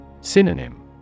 Synonym